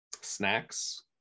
Snacks